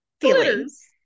feelings